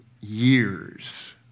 years